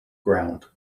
ground